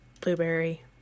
Blueberry